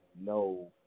no